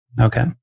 Okay